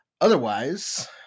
Otherwise